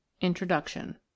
Introduction